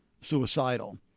suicidal